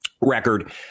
record